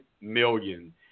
million